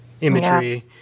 imagery